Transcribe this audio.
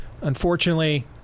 Unfortunately